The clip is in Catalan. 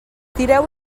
tireu